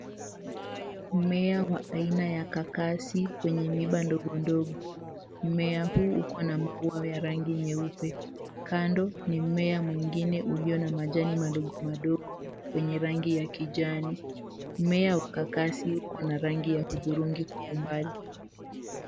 Mmea wa aina ya kakasi wenye miba ndogo ndogo. Mmea huu ana maua ya rangi nyeupe. Kando ni mmea mwingine ulio na majani madogo madogo kwenye rangi ya kijani. Mmea wa kakaasi uko na rangi ya hudhurungi kwa umbali.